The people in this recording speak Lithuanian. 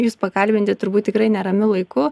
jus pakalbinti turbūt tikrai neramiu laiku